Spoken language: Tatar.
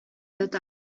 ята